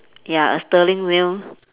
ya a steering wheel